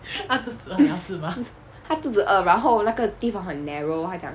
他肚子饿然后那个地方很 narrow 他讲